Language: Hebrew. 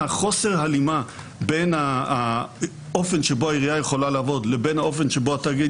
חוסר ההלימה בין האופן שבו העירייה יכולה לעבוד לבין האופן שבו התאגיד